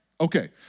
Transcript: Okay